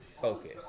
focus